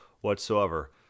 whatsoever